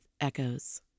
echoes